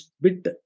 bit